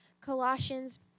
Colossians